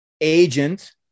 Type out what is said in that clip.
agent